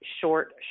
short